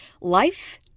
Life